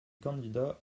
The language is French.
candidats